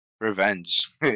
revenge